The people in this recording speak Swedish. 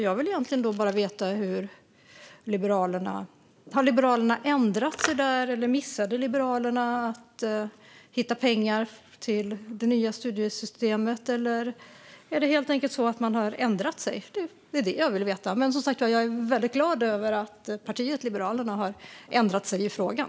Jag vill egentligen bara veta om Liberalerna har ändrat sig där eller om Liberalerna missade att hitta pengar till det nya studiestödssystemet. Har man helt enkelt ändrat sig? Det är vad jag vill veta. Jag är som sagt väldigt glad över att partiet Liberalerna har ändrat sig i frågan.